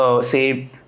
say